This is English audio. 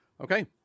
Okay